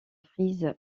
frise